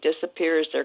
disappears